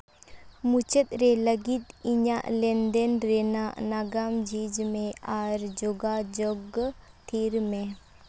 ᱢᱩᱪᱟᱹᱫ ᱨᱮ ᱞᱟᱹᱜᱤᱫ ᱤᱧᱟᱹᱜ ᱞᱮᱱᱼᱫᱮᱱ ᱨᱮᱱᱟᱜ ᱱᱟᱜᱟᱢ ᱡᱷᱤᱡᱽ ᱢᱮ ᱟᱨ ᱡᱚᱜᱟᱡᱳᱜᱽ ᱛᱷᱤᱨ ᱢᱮ